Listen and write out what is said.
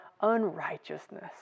unrighteousness